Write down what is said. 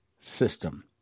system